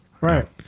right